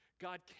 God